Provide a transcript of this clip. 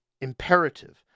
imperative